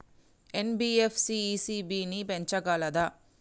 NBFC ECB ని పెంచగలదా?